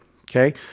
Okay